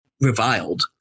reviled